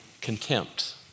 contempt